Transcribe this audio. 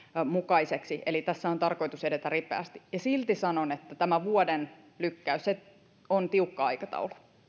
mukaisiksi eli tässä on tarkoitus edetä ripeästi ja silti sanon että tämä vuoden lykkäys on tiukka aikataulu